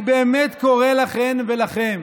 אני באמת קורא לכן ולכם: